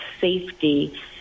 safety